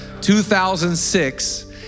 2006